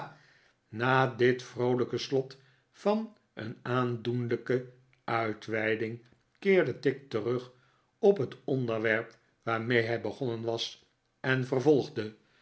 na dit vroolijke slot van een aandoenlijke uitweiding keerde tigg terug tot het onderwerp waarmee hij begonnen was en vervolgde